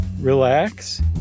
relax